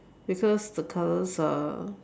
because the colours are